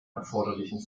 erforderlichen